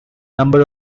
number